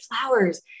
flowers